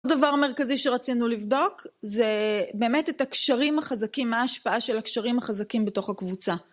עוד דבר המרכזי שרצינו לבדוק, זה, באמת, את הקשרים החזקים, מה ההשפעה של הקשרים החזקים בתוך הקבוצה.